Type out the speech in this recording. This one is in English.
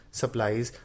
supplies